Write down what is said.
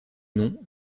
non